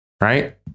right